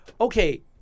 Okay